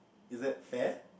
is that fair